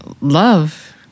love